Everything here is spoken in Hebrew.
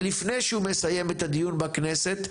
ולפני שהוא מסיים את הדיון בכנסת,